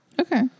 Okay